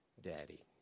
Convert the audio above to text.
Daddy